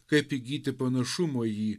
kaip įgyti panašumo į jį